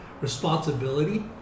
responsibility